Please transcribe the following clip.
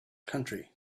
country